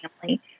family